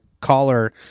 caller